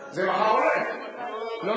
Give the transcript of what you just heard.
את זה, זרוק את זה,